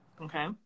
Okay